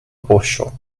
poŝo